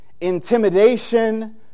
intimidation